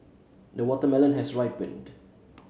the watermelon has ripened